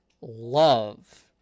love